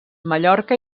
mallorca